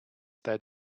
that